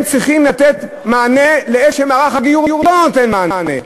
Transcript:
הם צריכים לתת מענה במקום שמערך הגיור לא נותן מענה,